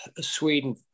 Sweden